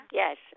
yes